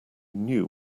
knew